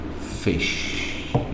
fish